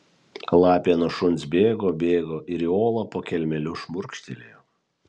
lapė nuo šuns bėgo bėgo ir į olą po kelmeliu šmurkštelėjo